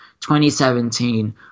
2017